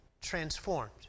transformed